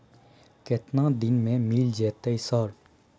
केतना दिन में मिल जयते सर?